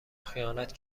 خیانت